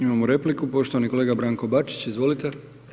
Imamo repliku, poštovani kolega Branko Bačić, izvolite.